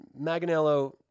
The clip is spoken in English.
Maganello